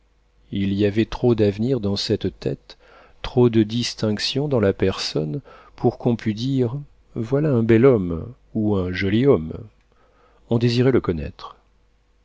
il y avait trop d'avenir dans cette tête trop de distinction dans la personne pour qu'on pût dire voilà un bel homme ou un joli homme on désirait le connaître